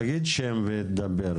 תגיד שם ודבר.